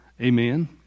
Amen